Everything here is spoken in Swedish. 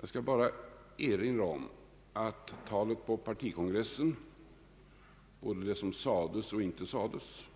Jag vill bara erinra om att talet på partikongressen, både det som sades och inte sades,